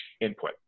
input